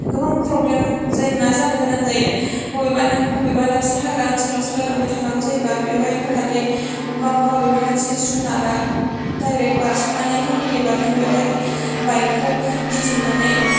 गोबां फ्रब्लेम जेंना जानो गोनां जायो बबेबा नों बबेबा दाबसे हाग्रा ओनसोलाव सालायलांबाय थानांगौ जायोब्ला बेवहाय हथाददै माबेबा मोनसे जुनार आ दायरेक बारस'नानै होफैयोबा नों बेयावहाय बाइकखौ गिदिंनानै